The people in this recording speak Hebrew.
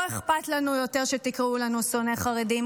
לא אכפת לנו יותר שתקראו לנו שונאי חרדים,